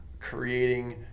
creating